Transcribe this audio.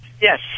Yes